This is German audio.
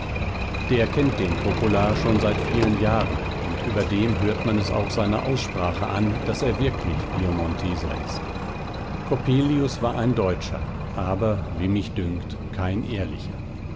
der kennt den coppola schon seit vielen jahren und überdem hört man es auch seiner aussprache an daß er wirklich piemonteser ist coppelius war ein deutscher aber wie mich dünkt kein ehrlicher